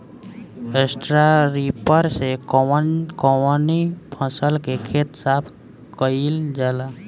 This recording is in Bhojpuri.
स्टरा रिपर से कवन कवनी फसल के खेत साफ कयील जाला?